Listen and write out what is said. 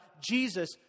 Jesus